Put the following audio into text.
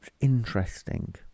interesting